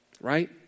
Right